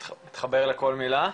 אני מתחבר לכל מילה.